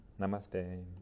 Namaste